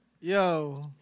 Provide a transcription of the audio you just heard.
Yo